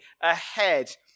ahead